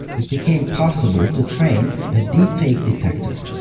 it became possible to train a deepfake detector.